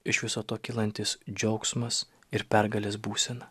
iš viso to kylantis džiaugsmas ir pergalės būsena